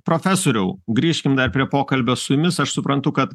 profesoriau grįžkim darprie pokalbio su jumis aš suprantu kad